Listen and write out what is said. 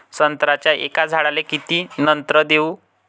संत्र्याच्या एका झाडाले किती नत्र देऊ?